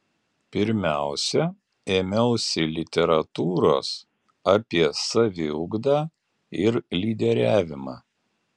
pirmiausia ėmiausi literatūros apie saviugdą ir lyderiavimą